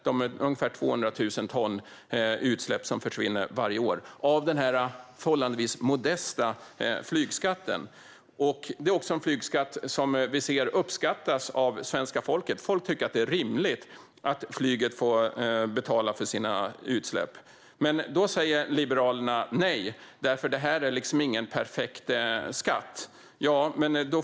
Det är ungefär 200 000 ton utsläpp som försvinner varje år genom den förhållandevis modesta flygskatten. Vi ser också att flygskatten uppskattas av svenska folket. Folk tycker att det är rimligt att flyget får betala för sina utsläpp. Men då säger Liberalerna nej för att det inte är en perfekt skatt.